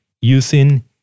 using